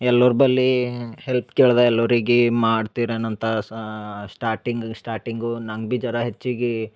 ಎಲ್ಲೋರ್ಬಲ್ಲಿ help ಕೇಳ್ದ ಎಲ್ಲೋರಿಗಿ ಮಾಡ್ತಿರೇನಂತ ಸ್ಟಾರ್ಟಿಂಗ್ ಸ್ಟಾರ್ಟಿಂಗು ನಂಗೆ ಬಿ ಜರಾ ಹೆಚ್ಚಿಗಿ